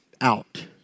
out